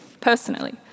personally